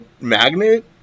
magnet